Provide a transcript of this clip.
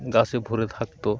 গাছে ভরে থাকতো